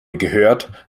gehört